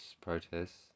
protests